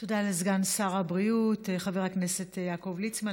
תודה לסגן שר הבריאות חבר הכנסת יעקב ליצמן.